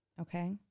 Okay